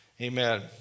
amen